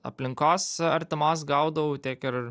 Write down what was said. aplinkos artimos gaudavau tiek ir